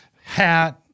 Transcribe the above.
hat